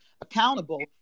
accountable